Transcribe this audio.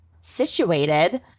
situated